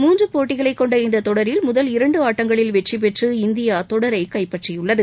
மூன்று போட்டிகளைக் கொண்ட இந்த தொடரில் முதல் இரண்டு ஆட்டங்களில் வெற்றி பெற்று இந்தியா தொடரை கைப்பற்றியுள்ளது